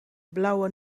blauwe